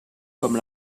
comme